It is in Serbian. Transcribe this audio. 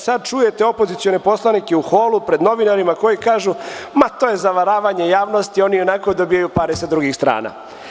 Sada čujete opozicione poslanike u holu, pred novinarima, koji kažu – ma, to je zavaravanje javnosti, oni ionako dobijaju pare sa drugih strana.